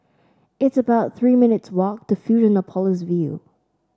it's about Three minutes' walk to Fusionopolis View